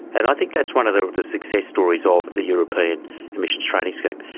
and i think that's one of the the success stories ah of of the european emissions trading scheme.